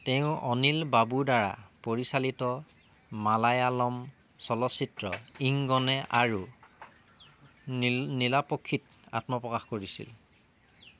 তেওঁ অনিল বাবুৰ দ্বাৰা পৰিচালিত মালায়ালম চলচ্চিত্ৰ ইংগনে আৰু নীল নীলাপক্ষীত আত্মপ্ৰকাশ কৰিছিল